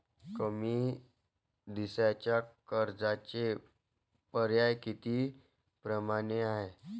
कमी दिसाच्या कर्जाचे पर्याय किती परमाने हाय?